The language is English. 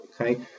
okay